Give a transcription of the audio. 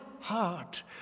heart